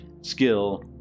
skill